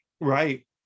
Right